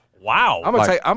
Wow